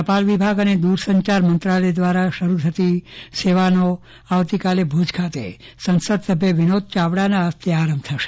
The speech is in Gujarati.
ટપાલ વિભાગ અને દૂરસંચાર મંત્રાલય દ્રારા શરૂ થતી સેવાનું આવતીકાલે ભુજ ખાતે સંસદસભ્ય વિનોદ ચાવડાના હસ્તે આરંભ થશે